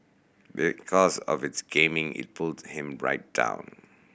because of this gaming it pulled him right down